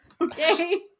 Okay